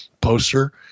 poster